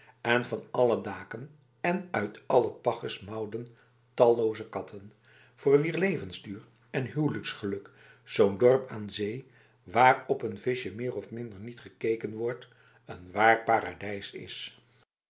en van alle daken en uit alle paggers mauwden talloze katten voor wier levensduur en huwelijksgeluk zo'n dorp aan zee waar op n visje meer of minder niet gekeken wordt een waar paradijs is